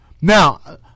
Now